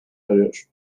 yarıyor